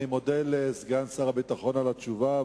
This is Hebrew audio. אני מודה לסגן שר הביטחון על התשובה,